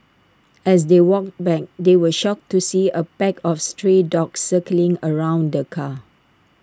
as they walked back they were shocked to see A pack of stray dogs circling around the car